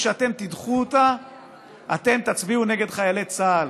כשאתם תדחו אותה אתם תצביעו נגד חיילי צה"ל,